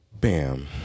Bam